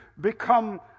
become